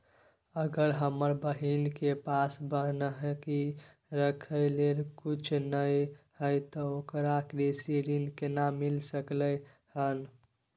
अगर हमर बहिन के पास बन्हकी रखय लेल कुछ नय हय त ओकरा कृषि ऋण केना मिल सकलय हन?